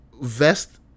vest